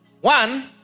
One